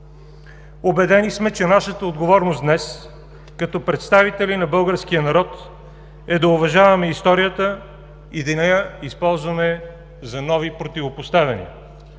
Убедени сме, че нашата отговорност днес, като представители на българския народ, е да уважаваме историята и да не я използваме за нови противопоставяния.